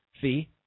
fee